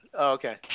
Okay